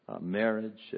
marriage